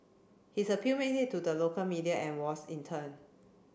his appeal made it to the local media and was in turn